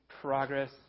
progress